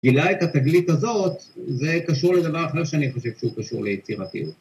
גילה את התגלית הזאת, זה קשור לדבר אחר שאני חושב שהוא קשור ליצירתיות.